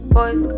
Boys